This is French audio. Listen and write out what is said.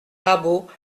rabault